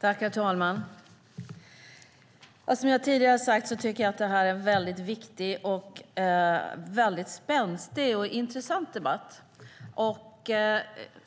Herr talman! Som jag tidigare har sagt så tycker jag att det här är en väldigt viktig, spänstig och intressant debatt, och